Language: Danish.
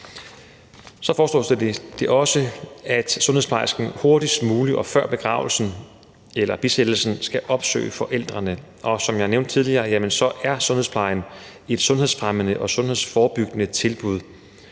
Så foreslås det også, at sundhedsplejersken hurtigst muligt og før begravelsen eller bisættelsen skal opsøge forældrene. Og som jeg nævnte tidligere, er sundhedsplejen et sundhedsfremmende og sundhedsforebyggende tilbud.